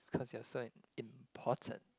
cause you're so important